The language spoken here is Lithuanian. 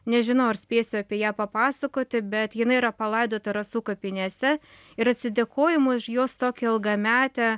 nežinau ar spėsiu apie ją papasakoti bet jinai yra palaidota rasų kapinėse ir atsidėkojimui už jos tokią ilgametę